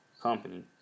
company